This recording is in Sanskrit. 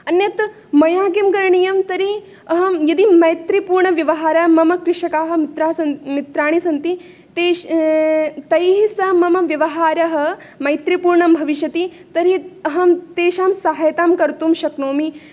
अन्यत् मया किं करणीयं तर्हि अहं यदि मैत्रीपूर्णव्यवहारः मम कृषकाः मित्राः मित्राणि सन्ति तेष् तैः सह मम व्यवहारः मैत्रीपूर्णः भविष्यति तर्हि अहं तेषां सहायतां कर्तुं शक्नोमि